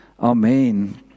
Amen